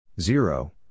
Zero